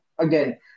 Again